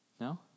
No